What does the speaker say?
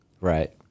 Right